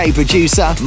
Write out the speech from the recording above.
producer